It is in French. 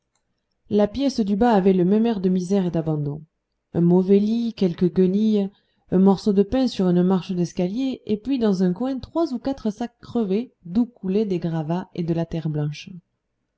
la pièce du bas avait le même air de misère et d'abandon un mauvais lit quelques guenilles un morceau de pain sur une marche d'escalier et puis dans un coin trois ou quatre sacs crevés d'où coulaient des gravats et de la terre blanche